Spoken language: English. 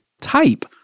type